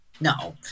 No